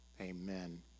amen